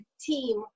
team